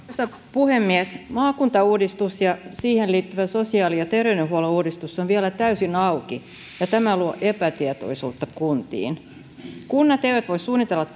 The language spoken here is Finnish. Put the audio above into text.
puhemies maakuntauudistus ja siihen liittyvä sosiaali ja terveydenhuollon uudistus on vielä täysin auki ja tämä luo epätietoisuutta kuntiin kunnat eivät voi suunnitella